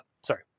sorry